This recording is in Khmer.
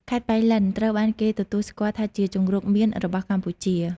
ខេត្តប៉ៃលិនត្រូវបានគេទទួលស្គាល់ថាជាជង្រុកមៀនរបស់កម្ពុជា។